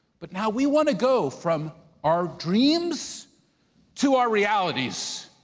but now we wanna go from our dreams to our realities,